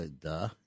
Duh